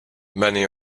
many